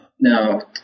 Now